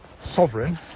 sovereign